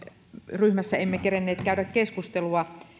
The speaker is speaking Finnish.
ryhmässä emme kerenneet käydä keskustelua